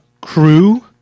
crew